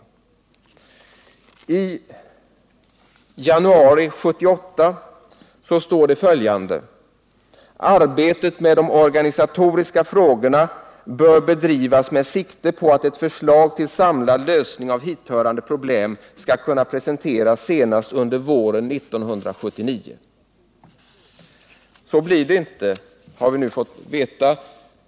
I januari 1978 står det följande: ”Arbetet med de organisatoriska frågorna bör bedrivas med sikte på att ett förslag till samlad lösning av hithörande problem skall kunna presenteras senast under våren 1979.” Så blir det inte, har vi nu fått veta.